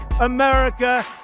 America